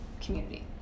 community